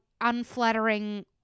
unflattering